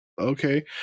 okay